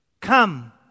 Come